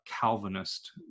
Calvinist